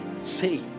say